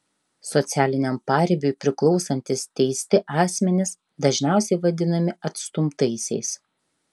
socialiniam paribiui priklausantys teisti asmenys dažniausiai vadinami atstumtaisiais